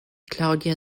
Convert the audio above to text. claudia